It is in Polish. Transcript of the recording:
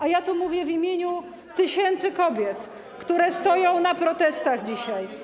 A ja tu mówię w imieniu tysięcy kobiet, które stoją na protestach dzisiaj.